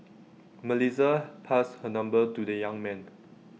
Melissa passed her number to the young man